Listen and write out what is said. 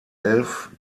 elf